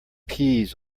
peas